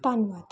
ਧੰਨਵਾਦ